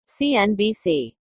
CNBC